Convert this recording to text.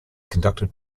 conducted